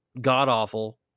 god-awful